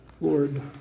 Lord